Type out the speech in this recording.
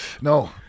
No